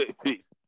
peace